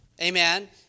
Amen